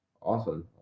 awesome